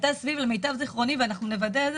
למיטב זיכרוני ואנחנו נוודא את זה